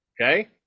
okay